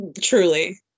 truly